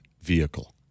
Vehicle